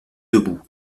debout